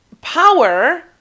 power